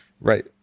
right